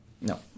No